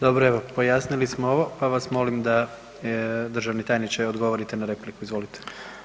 Dobro, evo pojasnili smo ovo pa vas molim da državni tajniče, odgovorite na repliku, izvolite.